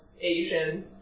Asian